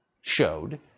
showed